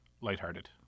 lighthearted